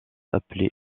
appeler